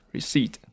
Receipt